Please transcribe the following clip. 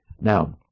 Now